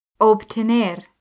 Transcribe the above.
Obtener